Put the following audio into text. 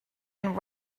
and